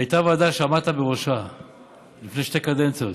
הייתה ועדה שעמדת בראשה לפני שתי קדנציות,